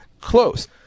close